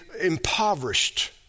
Impoverished